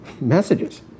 messages